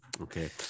Okay